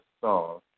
song